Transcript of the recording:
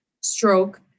stroke